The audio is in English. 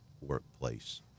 workplace